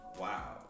wow